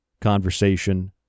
conversation